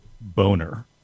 boner